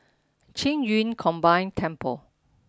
Qing Yun Combined Temple